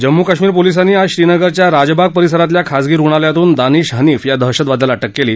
जम्मू कश्मिर पोलिसांनी आज श्रीनगरच्या राजबाग परिसरातल्या खाजगी रुणालयातून दानिश हनिफ या दहशतवाद्याला अटक केली